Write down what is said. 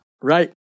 Right